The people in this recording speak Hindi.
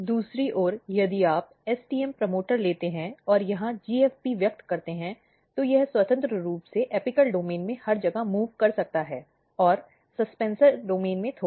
दूसरी ओर यदि आप STM प्रमोटर लेते हैं और यहां GFP व्यक्त करते हैं तो यह स्वतंत्र रूप से एपिकल डोमेन में हर जगह मूव़ कर सकता है और सस्पेंसर डोमेन में थोड़ा